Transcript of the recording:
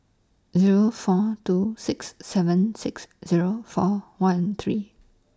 Zero four two six seven six Zero four one three